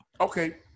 okay